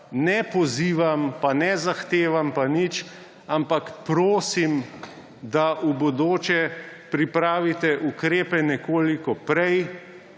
ne pozivam in ne zahtevam nič, ampak prosim, da v bodoče pripravite ukrepe nekoliko prej,